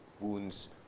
wounds